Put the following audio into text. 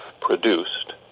produced